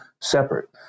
separate